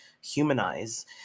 humanize